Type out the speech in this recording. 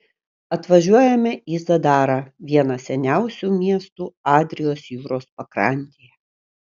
atvažiuojame į zadarą vieną seniausių miestų adrijos jūros pakrantėje